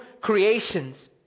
creations